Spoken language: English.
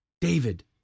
David